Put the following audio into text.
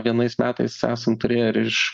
vienais metais esam turėję ir iš